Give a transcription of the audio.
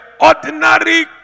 ordinary